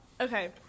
Okay